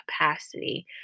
capacity